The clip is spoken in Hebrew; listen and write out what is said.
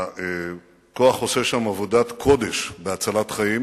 הכוח עושה שם עבודת קודש בהצלת חיים